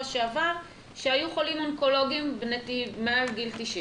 שעבר שהיו חולים אונקולוגיים מעל גיל 90,